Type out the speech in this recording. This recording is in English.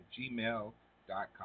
gmail.com